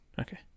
Okay